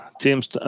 team's